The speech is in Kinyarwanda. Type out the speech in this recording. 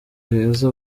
heza